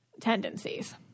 tendencies